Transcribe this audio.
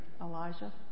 Elijah